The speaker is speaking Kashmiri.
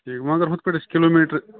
ٹھیٖک وٕ اَگر ہُتھ پٲٹھۍ أسۍ کِلوٗمیٖٹَر